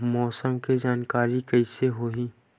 मौसम के जानकारी कइसे होही?